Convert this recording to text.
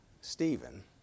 Stephen